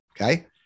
okay